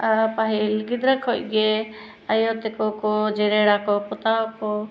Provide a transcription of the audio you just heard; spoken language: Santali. ᱟᱨ ᱯᱟᱹᱦᱤᱞ ᱜᱤᱫᱽᱨᱟᱹ ᱠᱷᱚᱡ ᱜᱮ ᱟᱭᱳ ᱛᱮᱠᱚᱠᱚ ᱡᱮᱨᱮᱲᱟ ᱠᱚ ᱯᱚᱛᱟᱣ ᱟᱠᱚ